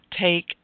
take